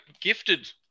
gifted